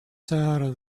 sahara